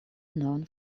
known